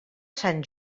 sant